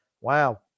Wow